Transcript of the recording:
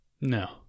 No